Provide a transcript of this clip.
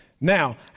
Now